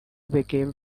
became